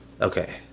Okay